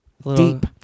Deep